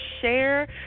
share